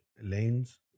lanes